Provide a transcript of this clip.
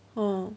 orh